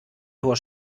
tor